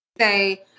say